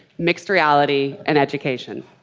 mixed reality, and education.